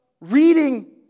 reading